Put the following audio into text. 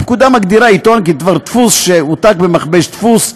הפקודה מגדירה עיתון כדבר דפוס שהועתק במכבש דפוס,